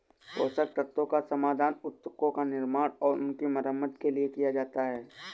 पोषक तत्वों का समाधान उत्तकों का निर्माण और उनकी मरम्मत के लिए किया जाता है